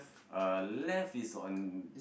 uh left is on